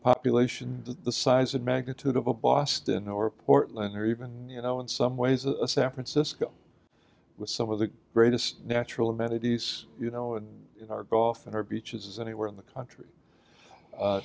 population the size and magnitude of a boston or portland or even you know in some ways a san francisco with some of the greatest natural amenities you know in our golf and our beaches anywhere in the country